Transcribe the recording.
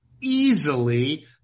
easily